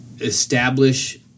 establish